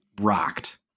rocked